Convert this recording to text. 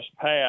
passed